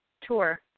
tour